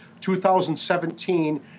2017